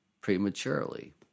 prematurely